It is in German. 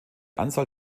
anzahl